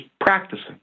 practicing